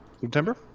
september